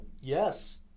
Yes